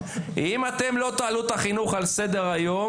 אם אתם לא תעלו את החינוך על סדר-היום,